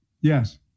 Yes